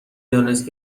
دانست